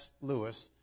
Lewis